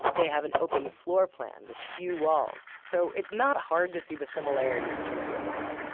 they have an open floorplan with few walls, so it's not hard to see the similarities to usonia.